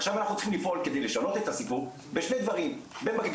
עכשיו אנחנו צריכים לפעול כדי לשנות את הסיפור בשני דברים במקביל,